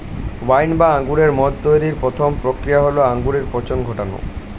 wine বা আঙুরের মদ তৈরির প্রথম প্রক্রিয়া হল আঙুরে পচন ঘটানো